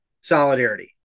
Solidarity